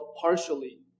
partially